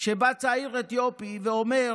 כשבא צעיר אתיופי ואומר: